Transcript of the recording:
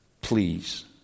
please